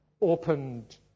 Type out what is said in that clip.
opened